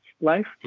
life